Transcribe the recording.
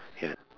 ya